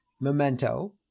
Memento